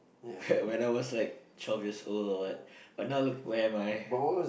when I was like twelve years old or what but now look where am I